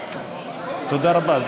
תודה רבה.